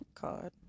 God